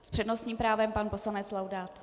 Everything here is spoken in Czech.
S přednostním právem pan poslanec Laudát.